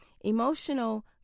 Emotional